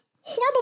horrible